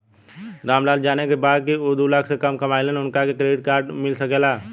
राम लाल के जाने के बा की ऊ दूलाख से कम कमायेन उनका के क्रेडिट कार्ड मिल सके ला?